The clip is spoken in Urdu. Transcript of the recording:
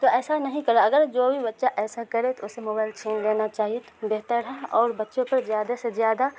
تو ایسا نہیں کرا اگر جو بھی بچہ ایسا کرے تو اسے موبائل چھین لینا چاہیے بہتر ہے اور بچوں کو زیادہ سے زیادہ